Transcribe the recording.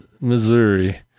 Missouri